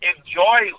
Enjoy